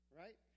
right